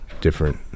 different